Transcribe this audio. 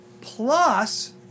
plus